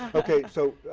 ok, so,